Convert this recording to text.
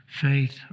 faith